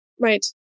Right